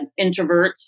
introverts